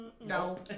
No